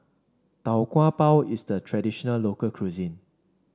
Tau Kwa Pau is the traditional local cuisine